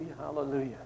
hallelujah